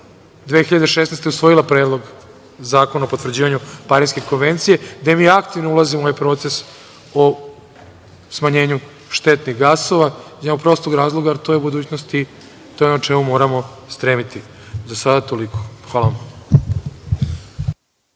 godine usvojila Predlog zakona o potvrđivanju Pariske konvencije, gde mi aktivno ulazimo u ovaj proces o smanjenju štetnih gasova iz jednog prostor razloga, jer u budućnosti to je ono čemu moramo stremiti. Za sada toliko. **Maja